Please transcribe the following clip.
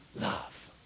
love